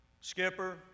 Skipper